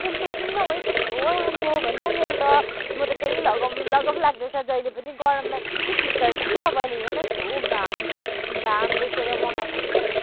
त्यस्तो किन न ओइ कस्तो राम्रो भन न मेरो त म त त्यही लगाउँ लगाउँ लाग्दैछ जहिले पनि गरममा कति शीतल कि अब हेर्न कस्तो घाम घाम देखेर मगाएको कि